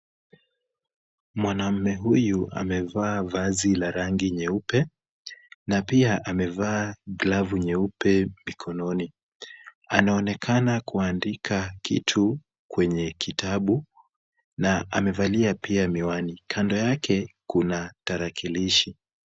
Mwanaume huyu amevaa vazi la rangi nyeupe na pia amevaa glavu nyeupe mikononi. Anaonekana kuandika kitu kwenye kitabu na amevalia pia miwani. Kando yake kuna tarakilishi.